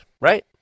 right